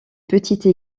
petite